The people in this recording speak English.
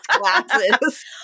glasses